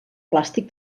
plàstic